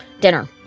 Dinner